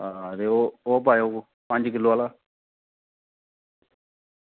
ते आं ओह् पायो पंज किलो हारा